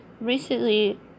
recently